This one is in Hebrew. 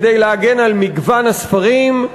כדי להגן על מגוון הספרים,